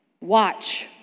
Watch